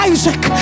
Isaac